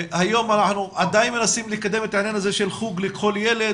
היום אנחנו עדיין מנסים לקדם את העניין הזה של חוג לכל ילד,